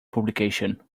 publication